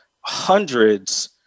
hundreds